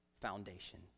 foundation